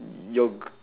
your g~